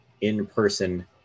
in-person